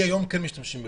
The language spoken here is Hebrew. היום כן משתמשים בכוח.